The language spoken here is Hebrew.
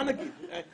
אז מה נענה להורים?